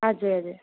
हजुर हजुर